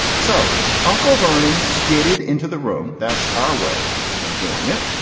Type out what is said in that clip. so uncle vernon skidded into the room. that's our way of doing it.